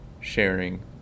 sharing